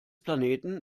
planeten